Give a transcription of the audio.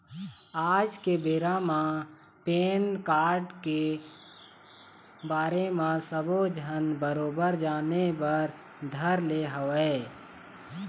आज के बेरा म पेन कारड के बारे म सब्बो झन बरोबर जाने बर धर ले हवय